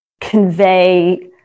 convey